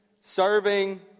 serving